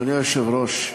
אדוני היושב-ראש,